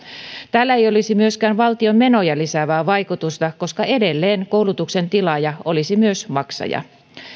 tällä ei olisi myöskään valtion menoja lisäävää vaikutusta koska edelleen koulutuksen tilaaja olisi myös maksaja